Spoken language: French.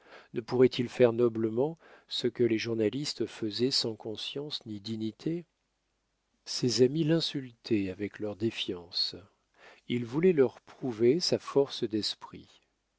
ne pourrait-il faire noblement ce que les journalistes faisaient sans conscience ni dignité ses amis l'insultaient avec leurs défiances il voulait leur prouver sa force d'esprit